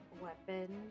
weapon